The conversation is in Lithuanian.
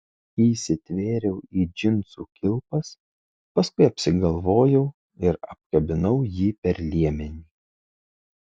įsitvėriau į džinsų kilpas paskui apsigalvojau ir apkabinau jį per liemenį